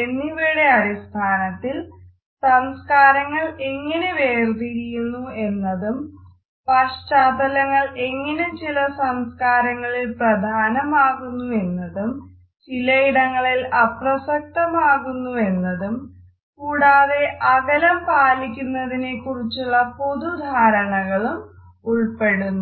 എന്നിവയുടെ അടിസ്ഥാനത്തിൽ സംസ്കാരങ്ങൾ എങ്ങനെ വേർതിരിയുന്നു എന്നതും പശ്ചാത്തലങ്ങൾ എങ്ങനെ ചില സംസ്കാരങ്ങളിൽ പ്രധാനമാകുന്നു എന്നതും ചില ഇടങ്ങളിൽ അപ്രസക്ത മാകുന്നുവെന്നതും കൂടാതെ അകലം പാലിക്കലിനെക്കുറിച്ചുള്ള പൊതുധാരണകളും ഉൾപ്പെടുന്നു